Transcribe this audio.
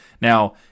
now